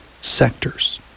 sectors